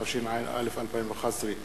התשע"א 2011,